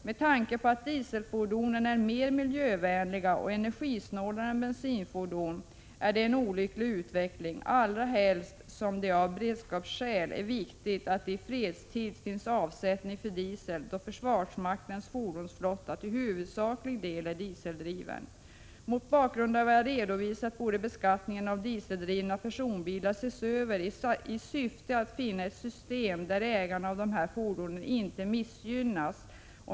Med tanke på att dieselfordonen är mer miljövänliga och energisnåla än bensinfordon är detta en olycklig utveckling, allra helst som det av beredskapsskäl är viktigt att det i fredstid finns avsättning för diesel, då försvarsmaktens fordonsflotta till huvudsaklig del är dieseldriven. Mot bakgrund av vad jag redovisat borde beskattningen av dieseldrivna personbilar ses över i syfte att finna ett system där ägarna av dessa fordon inte missgynnas.